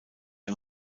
ein